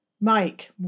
Mike